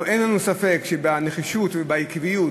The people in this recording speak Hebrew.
אין לנו ספק שבנחישות ובעקביות